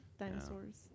dinosaurs